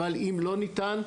אבל אם לא ניתן,